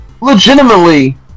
Legitimately